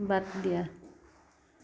বাদ দিয়া